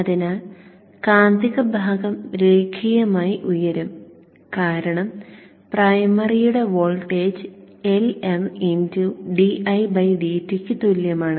അതിനാൽ കാന്തിക ഭാഗം രേഖീയമായി ഉയരും കാരണം പ്രൈമറിയുടെ വോൾട്ടേജ് Lmdidt ക്കു തുല്യമാണ്